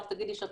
זו